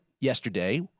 yesterday